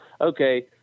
okay